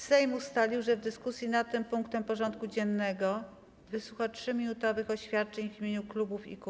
Sejm ustalił, że w dyskusji nad tym punktem porządku dziennego wysłucha 3-minutowych oświadczeń w imieniu klubów i kół.